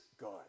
God